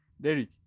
Derek